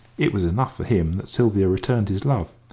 it was enough for him that sylvia returned his love,